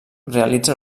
realitza